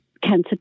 cancer